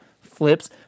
flips